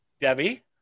Debbie